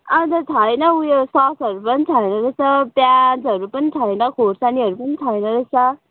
आज छैन उयो ससहरू पनि छैन रहेछ प्याजहरू पनि छैन खोर्सानीहरू पनि छैन रहेछ